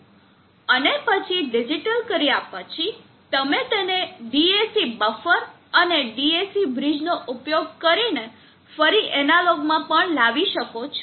અને પછી ડિજિટલ કર્યા પછી તમે તેને DAC બફર અને DAC બ્રિજનો ઉપયોગ કરીને ફરી એનાલોગમાં પણ લાવી શકો છો